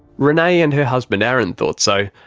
renay and her husband aaron thought so.